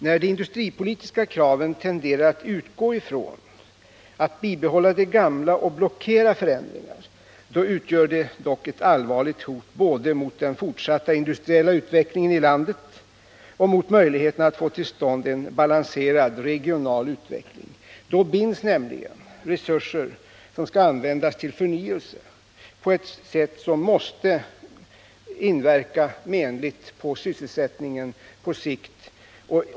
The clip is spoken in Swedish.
När de industripolitiska kraven tenderar att utgå ifrån att bibehålla det gamla och blockera förändringar utgör de dock ett allvarligt hot både mot den fortsatta industriella utvecklingen i landet och mot möjligheten att få till stånd en balanserad regional utveckling. Då binds nämligen resurser, som skall användas till förnyelse, på ett sätt som måste inverka menligt på sysselsättningen på sikt.